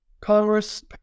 Congress